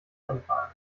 einfallen